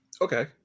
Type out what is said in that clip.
Okay